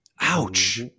Ouch